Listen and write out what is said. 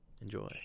Enjoy